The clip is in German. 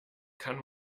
kann